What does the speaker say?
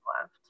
left